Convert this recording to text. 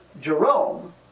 Jerome